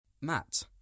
Matt